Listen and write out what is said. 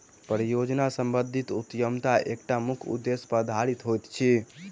परियोजना सम्बंधित उद्यमिता एकटा मुख्य उदेश्य पर आधारित होइत अछि